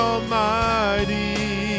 Almighty